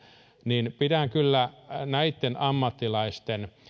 niin pidän kyllä ammattilaisten